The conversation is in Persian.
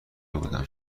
بودم